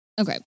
okay